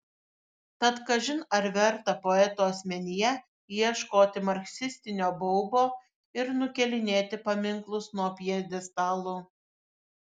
tad kažin ar verta poeto asmenyje ieškoti marksistinio baubo ir nukėlinėti paminklus nuo pjedestalų